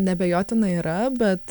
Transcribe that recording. neabejotinai yra bet